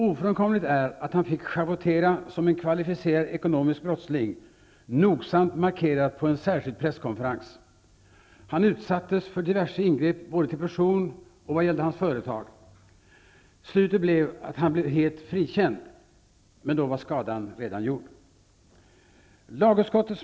Ofrånkomligt är att han fick schavottera som en kvalificerad ekonomisk brottsling, nogsamt markerat på en särskild presskonferens. Han utsattes för diverse ingrepp både till person och vad gällde hans företag. Han blev slutligen helt frikänd. Men då var skadan redan gjord.